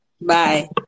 Bye